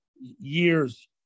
years